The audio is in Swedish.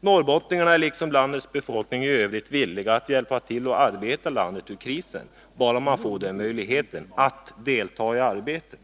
Norrbottningarna är liksom landets befolkning i övrigt villiga att hjälpa till att arbeta landet ur krisen, bara de får den möjligheten — att delta i arbetet.